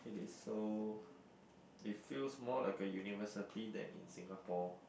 it is so it feels more like a university than in Singapore